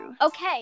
okay